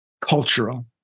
cultural